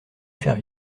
faire